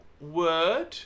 word